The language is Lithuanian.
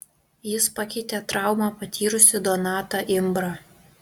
jis pakeitė traumą patyrusį donatą imbrą